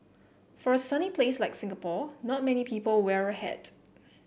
for a sunny place like Singapore not many people wear a hat